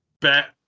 bet